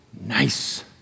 nice